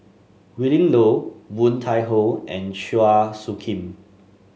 Willin Low Woon Tai Ho and Chua Soo Khim